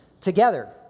together